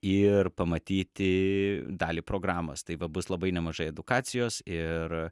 ir pamatyti dalį programos tai bus labai nemažai edukacijos ir